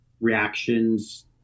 reactions